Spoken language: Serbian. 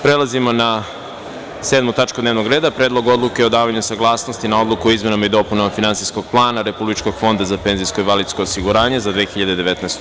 Prelazimo na 7. tačku dnevnog reda – PREDLOG ODLUKE O DAVANjU SAGLASNOSTI NA ODLUKU O IZMENAMA I DOPUNAMA FINANSIJSKOG PLANA REPUBLIČKOG FONDA ZA PIO ZA 2019.